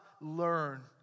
learn